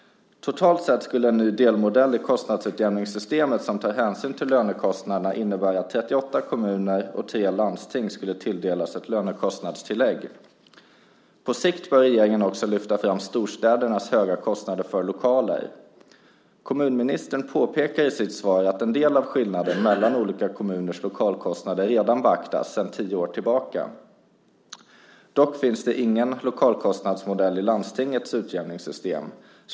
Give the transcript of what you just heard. Totalt sett skulle en ny delmodell i kostnadsutjämningssystemet som tar hänsyn till lönekostnaderna innebära att 38 kommuner och 3 landsting skulle tilldelas ett lönekostnadstillägg. På sikt bör regeringen också lyfta fram storstädernas höga kostnader för lokaler. Kommunministern påpekar i sitt svar att en del av skillnaden mellan olika kommuners lokalkostnader redan beaktas sedan tio år tillbaka. Dock finns det ingen lokalkostnadsmodell i landstingets utjämningssystem.